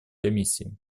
комиссии